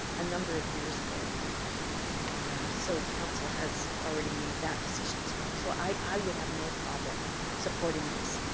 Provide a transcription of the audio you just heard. a number of years ago. and and so council has already made that decision as well. so i would have no problem supporting this,